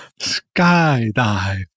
Skydive